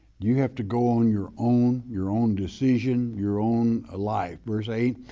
you have to go on your own, your own decision, your own ah life. verse eight,